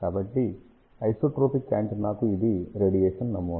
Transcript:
కాబట్టి ఐసోట్రోపిక్ యాంటెన్నాకు ఇది రేడియేషన్ నమూనా